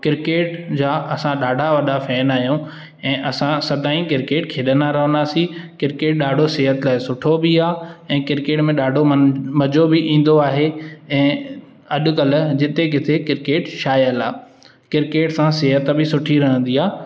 cricket जा असां ॾाढा वॾा फैन आहियूं ऐं असां सदाई क्रिकेट खेॾंदा रहंदासी क्रिकेट ॾाढो सेहक सुठो बि आहे ऐं क्रिकेट में ॾाढो मन मज़ो बि ईंदो आहे ऐं अॼुकल्ह जिते किथे क्रिकेट छायल आहे क्रिकेट सां सिहत बि सुठी रहंदी आहे